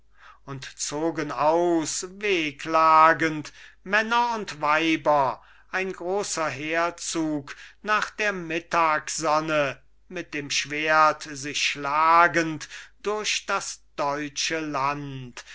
und zogen aus wehklagend männer und weiber ein grosser heerzug nach der mittagsonne mit dem schwert sich schlagend durch das deutsche land